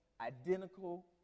identical